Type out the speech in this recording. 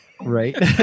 Right